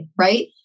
right